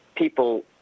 people